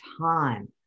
time